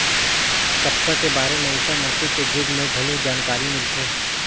कपसा के बारे में ईसा मसीह के जुग में घलो जानकारी मिलथे